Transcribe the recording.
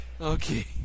Okay